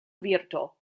virto